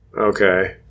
Okay